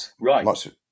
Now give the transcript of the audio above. right